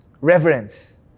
Reverence